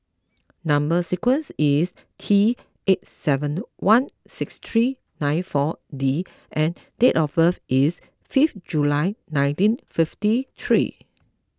Number Sequence is T eight seven one six three nine four D and date of birth is fifth July nineteen fifty three